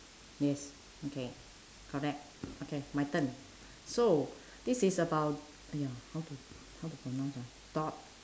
yes okay correct okay my turn so this is about !aiya! how to how to pronounce ah thought